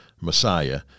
Messiah